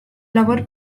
labor